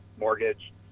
Mortgage